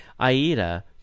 Aida